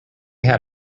had